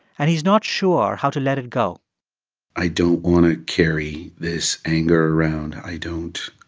and he's not sure how to let it go i don't want to carry this anger around. i don't.